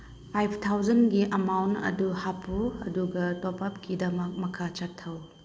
five ꯊꯥꯎꯖꯟꯒꯤ ꯑꯃꯥꯎꯟ ꯑꯗꯨ ꯍꯥꯞꯄꯨ ꯑꯗꯨꯒ ꯇꯣꯞ ꯑꯞꯀꯤꯗꯃꯛ ꯃꯈꯥ ꯆꯠꯊꯧ